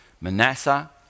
Manasseh